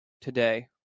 today